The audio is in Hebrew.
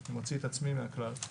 אני מוציא את עצמי מהכלל,